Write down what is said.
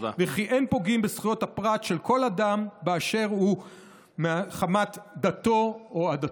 וכי אין פוגעים בזכויות הפרט של כל אדם באשר הוא מחמת דתו או עדתו.